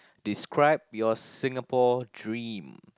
describe your Singapore dream